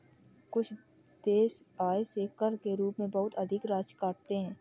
कुछ देश आय से कर के रूप में बहुत अधिक राशि काटते हैं